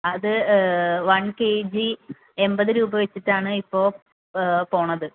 അത് one K G എൺപത് രൂപ വെച്ചിട്ടാണിപ്പോൾ പോകുന്നത്